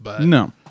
No